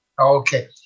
Okay